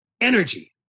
energy